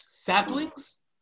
Saplings